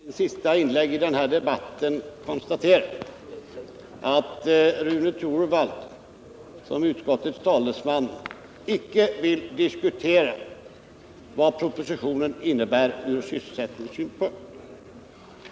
Herr talman! I mitt sista inlägg i den här debatten vill jag bara konstatera att Rune Torwald som utskottets talesman icke vill diskutera vad propositionen innebär från sysselsättningssynpunkt.